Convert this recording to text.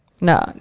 no